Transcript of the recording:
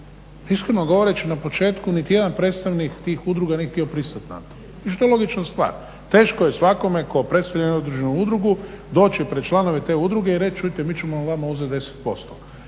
iskreno govoreći na početku niti jedan predstavnik tih udruga nije htio pristati na to što je logična stvar. Teško je svakome tko predstavlja jednu određenu udrugu doći pred članove te udruge i reći čujte mi ćemo vama uzet 10%